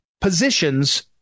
positions